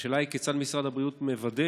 השאלה היא: כיצד משרד הבריאות מוודא